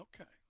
okay